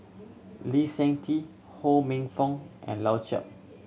Lee Seng Tee Ho Minfong and Lau Chiap